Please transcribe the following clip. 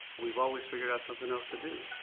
we've always figured out something else to do.